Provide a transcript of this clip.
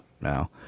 Now